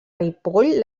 ripoll